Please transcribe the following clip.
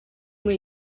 muri